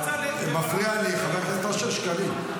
--- אתה מפריע לי, חבר הכנסת אושר שקלים.